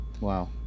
Wow